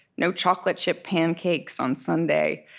no chocolate-chip pancakes on sunday,